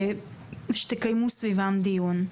שתקיימו סביבם דיון.